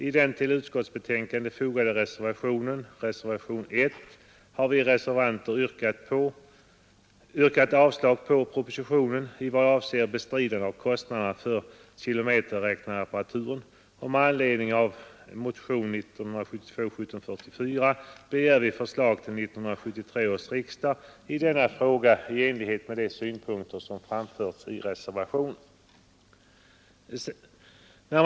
I den till utskottsbetänkandet fogade reservationen 1 har vi reservanter yrkat avslag på propositionen i vad avser bestridande av kostnaderna för kilometerräknarapparaturen, och med anledning av motionen 1744 begär vi förslag till 1973 års riksdag i denna fråga i enlighet med de synpunkter som framförts i reservationen.